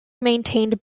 maintained